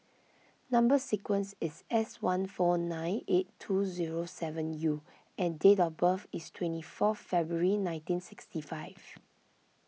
Number Sequence is S one four nine eight two zero seven U and date of birth is twenty four February nineteen sixty five